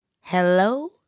Hello